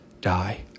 die